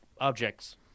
objects